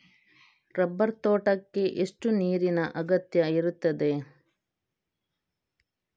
Rubber ತೋಟಕ್ಕೆ ಎಷ್ಟು ನೀರಿನ ಅಗತ್ಯ ಇರುತ್ತದೆ?